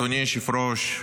אדוני היושב-ראש,